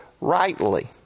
rightly